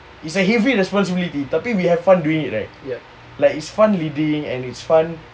it's a heavy responsibility tapi we have fun doing it right like it's fun leading and it's fun